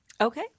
Okay